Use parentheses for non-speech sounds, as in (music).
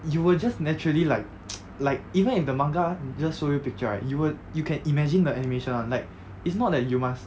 you will just naturally like (noise) like even if the manga just show you picture right you would you can imagine the animation [one] like it's not that you must